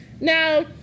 Now